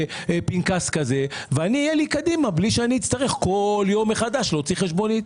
פנקס כזה ולי יהיה קדימה בלי שאני אצטרך כל יום מחדש להוציא חשבונית.